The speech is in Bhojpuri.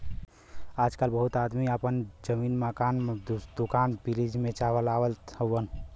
आजकल बहुत आदमी आपन जमीन, मकान, दुकान लीज पे चलावत हउअन